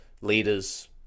leaders